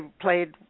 played